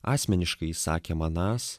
asmeniškai jis sakė manąs